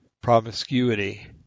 promiscuity